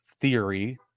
theory